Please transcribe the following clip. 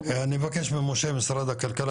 אני מבקש ממשה משרד הכלכלה,